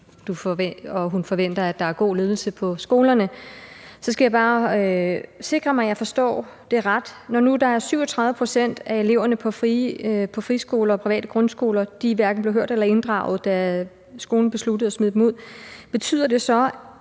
og hun forventer, at der er god ledelse på skolerne. Så skal jeg bare sikre mig, at jeg forstår det ret. Når nu der er 37 pct. af eleverne på friskoler og private grundskoler, som hverken er blevet hørt eller inddraget, da skolen besluttede at smide dem ud, betyder det så,